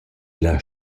illa